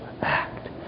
act